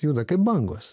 juda kaip bangos